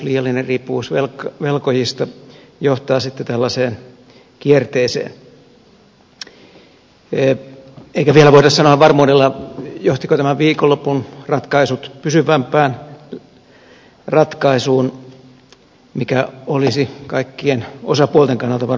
liiallinen riippuvuus velkojista johtaa sitten tällaiseen kierteeseen eikä vielä voida sanoa varmuudella johtivatko nämä viikonlopun ratkaisut pysyvämpään ratkaisuun mikä olisi kaikkien osapuolten kannalta varmasti toivottavaa